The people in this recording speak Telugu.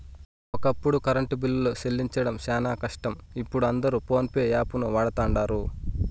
ఒకప్పుడు కరెంటు బిల్లులు సెల్లించడం శానా కష్టం, ఇపుడు అందరు పోన్పే యాపును వాడతండారు